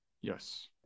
yes